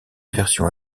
version